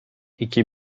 iki